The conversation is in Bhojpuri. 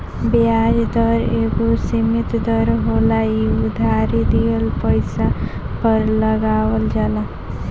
ब्याज दर एगो सीमित दर होला इ उधारी दिहल पइसा पर लगावल जाला